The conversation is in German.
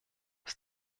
aus